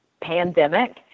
pandemic